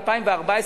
ב-2014,